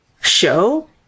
show